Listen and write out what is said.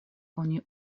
oni